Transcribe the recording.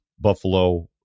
Buffalo